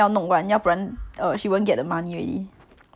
yes she can still get the money